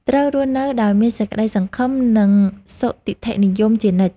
ត្រូវរស់នៅដោយមានសេចក្តីសង្ឃឹម និងសុទិដ្ឋិនិយមជានិច្ច។